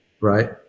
right